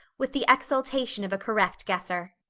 with the exultation of a correct guesser.